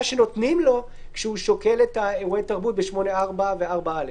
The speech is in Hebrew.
שנותנים לו כשהוא שוקל את אירועי התרבות ב-8(4) ו-(4א).